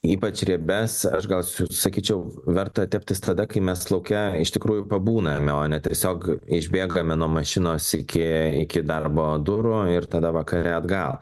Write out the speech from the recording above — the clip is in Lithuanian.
ypač riebias aš gal su sakyčiau verta teptis tada kai mes lauke iš tikrųjų pabūna ar ne o ne tiesiog išbėgame nuo mašinos iki iki darbo durų ir tada vakare atgal